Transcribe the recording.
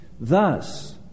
Thus